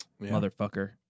Motherfucker